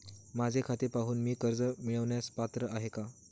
माझे खाते पाहून मी कर्ज मिळवण्यास पात्र आहे काय?